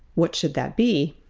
what should that be?